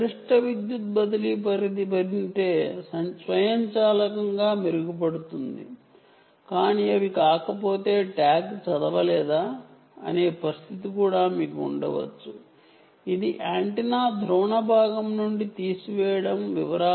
గరిష్ట విద్యుత్ బదిలీ పరిధి ఉంటే స్వయంచాలకంగా రేంజ్ మెరుగుపడుతుంది కానీ అవి కాకపోతే ట్యాగ్ చదవబడలేదా అనే పరిస్థితి కూడా మీకు ఉండవచ్చు ఇది యాంటెన్నా ధ్రువణ భాగం నుండి అర్ధం చేసుకోవాల్సిన ముఖ్య విషయాలు